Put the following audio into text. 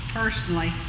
personally